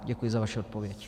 Děkuji za vaši odpověď.